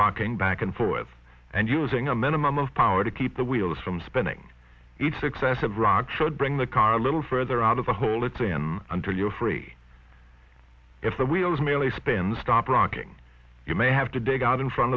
rocking back and forth and using a minimum of power to keep the wheels from spinning each successive rod should bring the car a little further out of the hole it's him until you're free if the wheel is merely spend stop rocking you may have to dig out in front